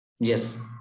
Yes